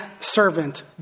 servant